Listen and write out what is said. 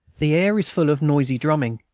the air is full of noisy drumming,